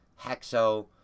HEXO